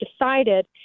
decided